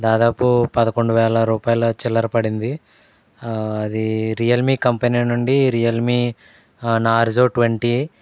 దాదాపు పదకొండు వేల రూపాయల చిల్లర పడింది అది రియల్మీ కంపెనీ నుండి రియల్మీ నార్జో ట్వంటీ